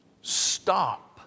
stop